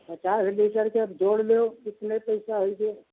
पचास लीटर के अब जोड़ लियो कितने पैसा होई गयो